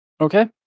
Okay